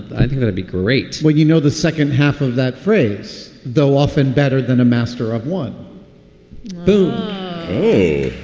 i think that'd be great. but you know, the second half of that phrase, though often better than a master of one boom oh,